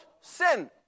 sin